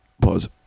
Pause